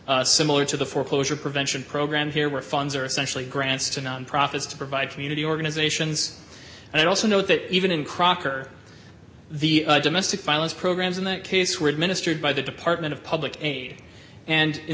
similar to the foreclosure prevention program here where funds are essentially grants to nonprofits to provide for the organizations and i also know that even in crocker the domestic violence programs in that case were administered by the department of public aid and in